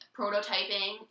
prototyping